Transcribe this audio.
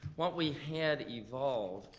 what we had evolved,